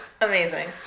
Amazing